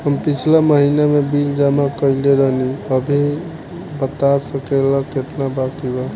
हम पिछला महीना में बिल जमा कइले रनि अभी बता सकेला केतना बाकि बा?